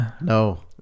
no